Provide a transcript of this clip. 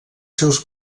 seus